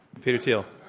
peter thiel.